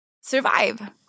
survive